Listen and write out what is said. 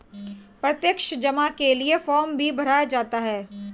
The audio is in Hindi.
प्रत्यक्ष जमा के लिये फ़ार्म भी भराया जाता है